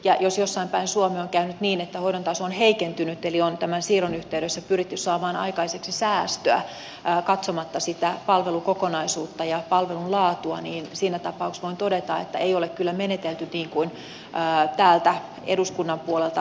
ja jos jossain päin suomea on käynyt niin että hoidon taso on heikentynyt eli on tämän siirron yhteydessä pyritty saamaan aikaiseksi säästöä katsomatta sitä palvelukokonaisuutta ja palvelun laatua niin siinä tapauksessa voin todeta että ei ole kyllä menetelty niin kuin täältä eduskunnan puolelta